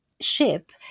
ship